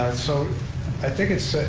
so i think it's,